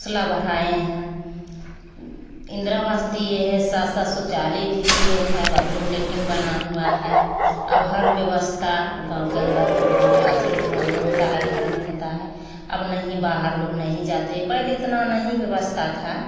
हौसला बढ़ाए है इंदिरा आवास दिए है साथ साथ शौचालय भी दिए है बातरूम लैट्रिन बना हुआ है अब हर व्यवस्था गाँव के अंदर घुमे में अथी गाँव में होता है घर में होता है अब नही बाहर लोग नही जाते पहले इतना नही व्यवस्था था